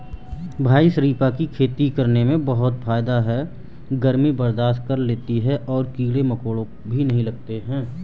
भाई शरीफा की खेती करने में बहुत फायदा है गर्मी बर्दाश्त कर लेती है और कीड़े मकोड़े भी नहीं लगते